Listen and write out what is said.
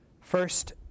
first